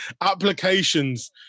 Applications